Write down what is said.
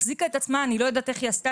החזיקה את עצמה אני לא יודעת איך היא עשתה